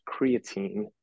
creatine